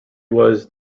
was